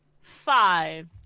Five